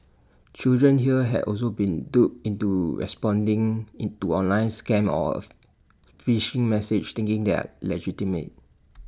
children here have also been duped into responding into online scams of phishing message thinking that legitimate